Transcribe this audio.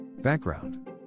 Background